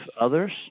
others